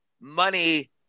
Money